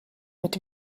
mit